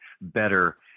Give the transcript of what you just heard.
better